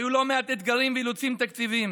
היו לא מעט אתגרים ואילוצים תקציביים.